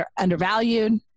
undervalued